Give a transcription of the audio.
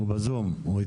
הוא בזום, הוא איתנו?